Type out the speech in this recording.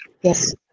Yes